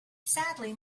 sadly